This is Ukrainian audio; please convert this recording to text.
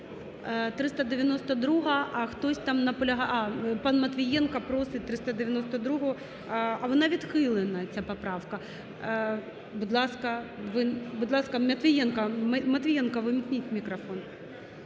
392-а – хтось там… А, пан Матвієнко просить 392-у… А вона відхилена, ця поправка. Будь ласка, Матвієнку ввімкніть мікрофон.